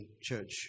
church